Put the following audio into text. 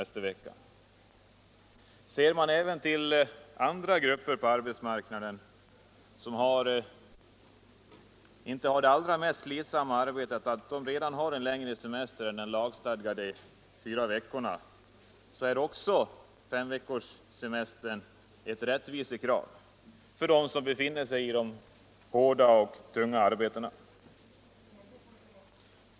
Ser man även till andra grupper på arbetsmarknaden, vilka inte har det allra mest slitsamma arbetet men redan har en längre semester än lagstadgade fyra veckor, är fem veckors semester ett rättvisekrav för dem som har tungt och hårt arbete.